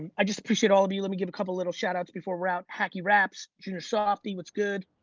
i just appreciate all of you. let me give a couple of little shout outs before we're out hacky wraps, juniour softy. what's good.